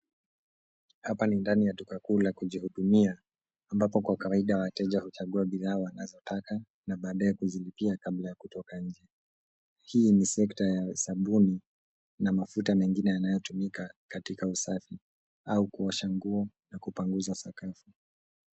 Hapa ni ndani ya duka kuu la kujihudumia ambapo kwa kawaida wateja huchagua bidhaa wanazotaka na baadae kuzilipia kabla ya kutoka nje. Hii ni sekta ya sabuni na mafuta mengine yanayotumika katika usafi au kuosha nguo na kupanguza sakafu.